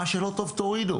מה שלא טוב תורידו.